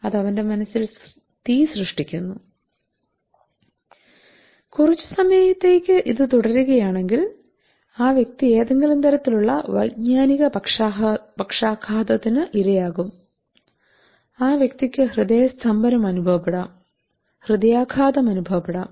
അത് അവന്റെ മനസ്സിൽ തീ സൃഷ്ടിക്കുന്നു കുറച്ച് സമയത്തേക്ക് ഇത് തുടരുകയാണെങ്കിൽ ആ വ്യക്തി ഏതെങ്കിലും തരത്തിലുള്ള വൈജ്ഞാനിക പക്ഷാഘാതത്തിന് ഇരയാകും ആ വ്യക്തിക്ക് ഹൃദയസ്തംഭനം അനുഭവപ്പെടാം ഹൃദയാഘാതം അനുഭവപ്പെടാം